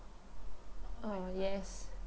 uh yes